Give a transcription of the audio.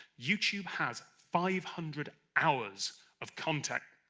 youtube has five hundred hours of content,